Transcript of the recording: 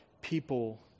people